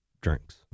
drinks